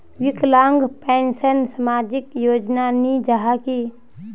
विकलांग पेंशन सामाजिक योजना नी जाहा की?